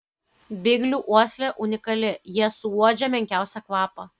biglių uoslė unikali jie suuodžia menkiausią kvapą